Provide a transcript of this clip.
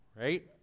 right